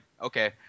okay